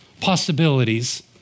possibilities